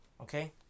Okay